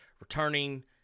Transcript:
returning